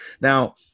Now